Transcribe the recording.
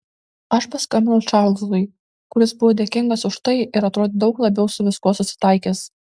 aš paskambinau čarlzui kuris buvo dėkingas už tai ir atrodė daug labiau su viskuo susitaikęs